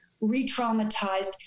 re-traumatized